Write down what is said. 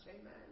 Amen